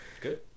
Good